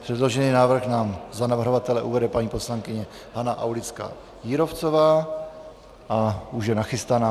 Předložený návrh nám za navrhovatele uvede paní poslankyně Hana Aulická Jírovcová, už je nachystaná.